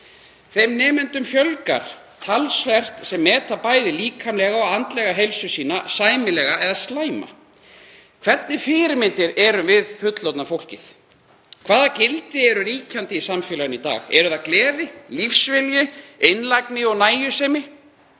Þeim nemendum fjölgar talsvert sem meta bæði líkamlega og andlega heilsu sína sæmilega eða slæma. Hvernig fyrirmyndir erum við fullorðna fólkið? Hvaða gildi eru ríkjandi í samfélaginu? Eru það gleði, lífsvilji, einlægni og nægjusemi?